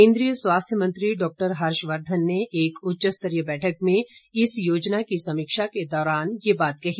केन्द्रीय स्वास्थ्य मंत्री डॉक्टर हर्षवर्धन ने एक उच्चस्तरीय बैठक में इस योजना की समीक्षा के दौरान यह बात कही